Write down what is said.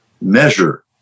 measure